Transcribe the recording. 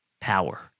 power